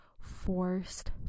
forced